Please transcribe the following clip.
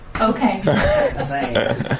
Okay